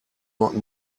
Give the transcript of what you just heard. not